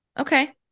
Okay